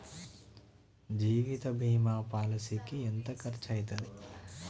జీవిత బీమా పాలసీకి ఎంత ఖర్చయితది?